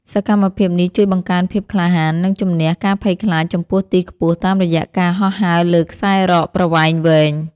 សកម្មភាពនេះជួយបង្កើនភាពក្លាហាន និងជម្នះការភ័យខ្លាចចំពោះទីខ្ពស់តាមរយៈការហោះហើរលើខ្សែរ៉កប្រវែងវែង។